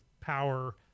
power